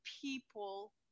people